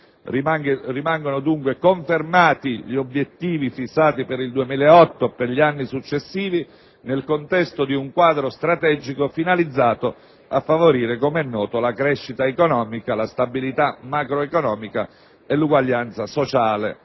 Rimangono, dunque, confermati gli obiettivi fissati per il 2008 e per gli anni successivi nel contesto di un quadro strategico finalizzato a favorire la crescita economica, la stabilità macroeconomica e l'uguaglianza sociale.